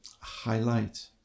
highlight